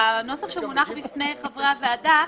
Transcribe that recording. בנוסח שמונח בפני חברי הוועדה,